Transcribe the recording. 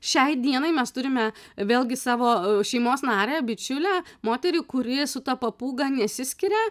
šiai dienai mes turime vėlgi savo šeimos narę bičiulę moterį kuri su ta papūga nesiskiria